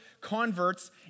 converts